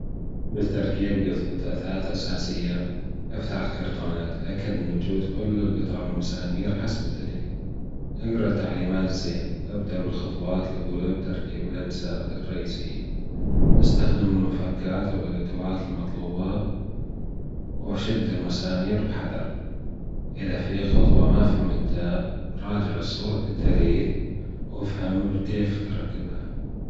لتركيب قطعة أثاث أساسية أفتح الكرتونات واتأكد من وجود كل الجطع والمسامير حسب الدليل وأجرا التعليمات زين أبدأ بالخطوات اللأولى بتركيب الأجزاء الرئيسية أستخدم المفكات أو الأدوات المطلوبة وشد المسامير بحذر إذا في خطوة ما فهمتها راجع الصور بالدليل وأفهم كيف تركبها.